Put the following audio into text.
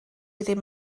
ddim